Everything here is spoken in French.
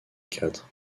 quatre